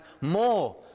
more